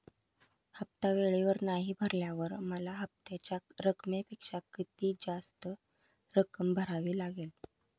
हफ्ता वेळेवर नाही भरल्यावर मला हप्त्याच्या रकमेपेक्षा किती जास्त रक्कम भरावी लागेल?